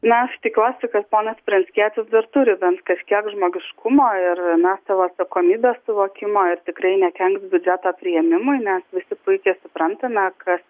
na aš tikiuosi kad ponas pranckietis dar turi bent kažkiek žmogiškumo ir na savo atsakomybės suvokimo ir tikrai nekenks biudžeto priėmimui nes visi puikiai suprantame kas